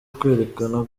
kwerekana